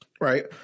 right